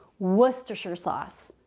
worcestershire sauce.